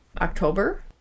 October